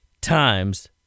times